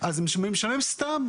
אז הם משלמים סתם,